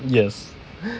yes